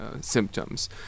symptoms